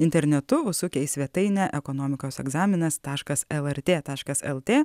internetu užsukę į svetainę ekonomikos egzaminas taškas lrt taškas lt